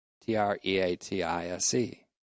T-R-E-A-T-I-S-E